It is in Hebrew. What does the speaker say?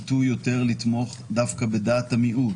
נטו יותר לתמוך דווקא בדעת המיעוט.